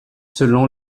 selon